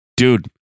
Dude